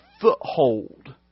foothold